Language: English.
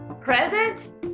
present